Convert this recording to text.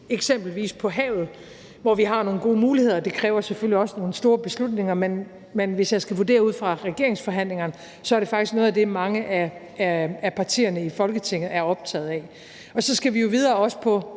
eksempelvis på havet, hvor vi har nogle gode muligheder. Det kræver selvfølgelig også nogle store beslutninger, men hvis jeg skal vurdere ud fra regeringsforhandlingerne, er det faktisk noget af det, mange af partierne i Folketinget er optaget af. Og så skal vi jo videre også på